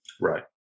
Right